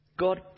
God